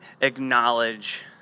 acknowledge